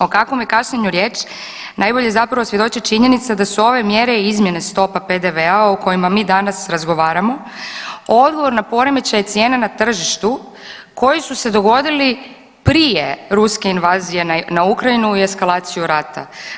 O kakvom je kašnjenju riječ najbolje zapravo svjedoči činjenica da su ove mjere i izmjene stopa PDV-a o kojima mi danas razgovaramo odgovor na poremećaj cijena na tržištu koji su se dogodili prije ruske invazije na Ukrajinu i eskalaciju rata.